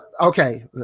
Okay